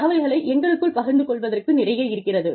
தகவல்களை எங்களுக்குள் பகிர்ந்து கொள்வதற்கு நிறைய இருக்கிறது